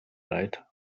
reiter